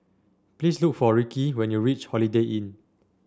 please look for Rickie when you reach Holiday Inn